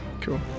cool